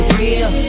real